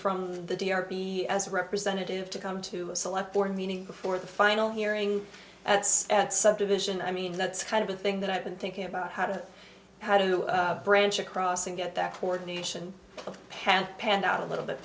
from the d r p as a representative to come to a select board meeting before the final hearing that's at subdivision i mean that's kind of a thing that i've been thinking about how to do branch across and get that coordination of hand panned out a little bit